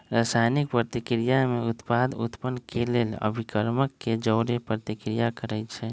रसायनिक प्रतिक्रिया में उत्पाद उत्पन्न केलेल अभिक्रमक के जओरे प्रतिक्रिया करै छै